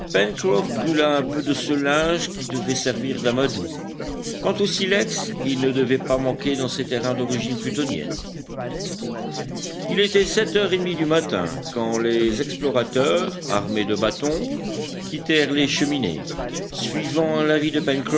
brûla un peu de ce linge qui devait servir d'amadou quant au silex il ne devait pas manquer dans ces terrains d'origine plutonienne il était sept heures et demie du matin quand les explorateurs armés de bâtons quittèrent les cheminées suivant l'avis de